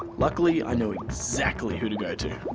luckily, i know exactly who to go to.